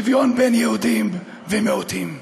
שוויון בין יהודים ומיעוטים.